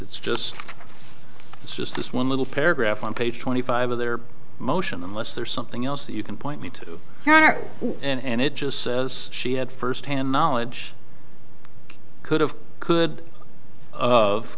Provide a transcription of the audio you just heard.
it's just it's just this one little paragraph on page twenty five of their motion unless there's something else that you can point me to her and it just says she had firsthand knowledge could have could of